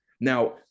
Now